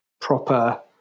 proper